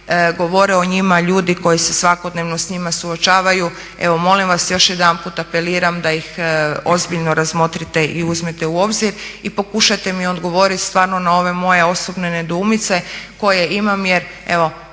govore o njima ljudi koji se svakodnevno s njima suočavaju. Evo molim vas, još jedanput apeliram da ih ozbiljno razmotrite u obzir i pokušate mi odgovoriti stvarno na ove moje osobne nedoumice koje imam jer evo